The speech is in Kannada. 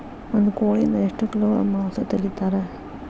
ಒಂದು ಕೋಳಿಯಿಂದ ಎಷ್ಟು ಕಿಲೋಗ್ರಾಂ ಮಾಂಸ ತೆಗಿತಾರ?